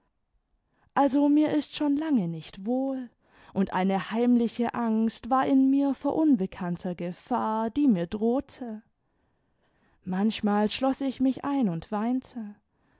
also mir ist schon lange nicht wohl imd eine heimliche angst war in mir vor unbekannter gefahr die mir drohte manchmal schloß ich mich ein und weinte